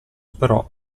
però